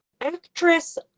actress